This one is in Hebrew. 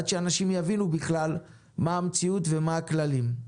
עד שאנשים יבינו בכלל מה המציאות ומה הכללים.